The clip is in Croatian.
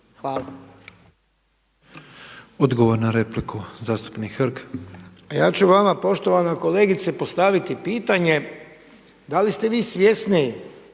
Hvala.